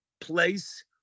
place